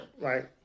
Right